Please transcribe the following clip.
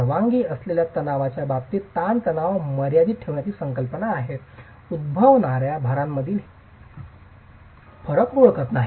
परवानगी असलेल्या तणावाच्या बाबतीत ताणतणाव मर्यादित ठेवण्याची ही संकल्पना आहे उद्भवणाऱ्या भारांमधील फरक ओळखत नाही